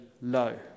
low